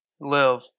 live